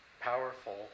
powerful